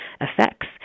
effects